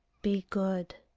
be good.